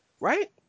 right